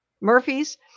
Murphy's